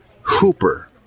Hooper